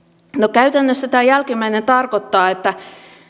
käytännössä tämä jälkimmäinen tarkoittaa että